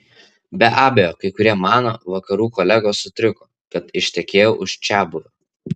be abejo kai kurie mano vakarų kolegos sutriko kad ištekėjau už čiabuvio